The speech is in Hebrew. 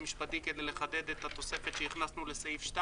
המשפטי כדי לחדד את התוספת שהכנסנו לסעיף 2: